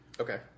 Okay